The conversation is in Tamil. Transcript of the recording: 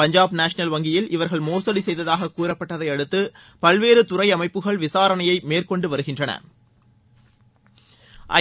பஞ்சாப் நேஷ்னல் வங்கியில் இவர்கள் மோசடி செய்ததாக கூறப்பட்டதை அடுத்து பல்வேறு துறை அமைப்புகள் விசாரணையை மேற்கொண்டு வருகின்றன